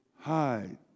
hide